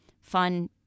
Fun